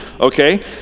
okay